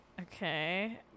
Okay